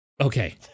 Okay